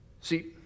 See